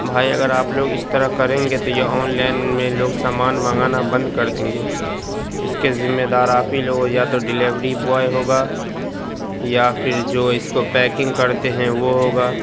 بھائی اگر آپ لوگ اس طرح کریں گے تو یہ آن لائن میں لوگ سامان منگانا بند کر دیں گے اس کے ذمے دار آپ ہی لوگ ہو یا تو ڈیلیوری بوائے ہوگا یا پھر جو اس کو پیکنگ کرتے ہیں وہ ہوگا